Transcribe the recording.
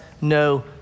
no